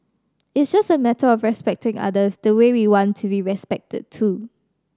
it's just a matter of respecting others the way we want to be respected too